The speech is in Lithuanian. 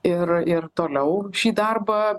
ir ir toliau šį darbą